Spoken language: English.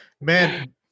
Man